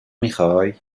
میخوای